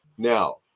Now